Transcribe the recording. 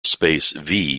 space